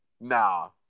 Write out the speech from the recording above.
nah